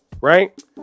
right